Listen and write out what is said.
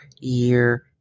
year